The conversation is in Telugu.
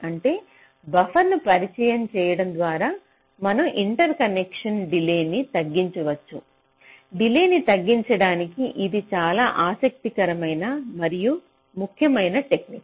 అంటే బఫర్ను పరిచయం చేయడం ద్వారా మనం ఇంటర్కనెక్షన్ డిలేన్ని తగ్గించవచ్చు డిలేన్ని తగ్గించడానికి ఇది చాలా ఆసక్తికరమైన మరియు ముఖ్యమైన టెక్నిక్